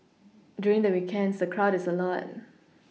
during the weekends the crowd is a lot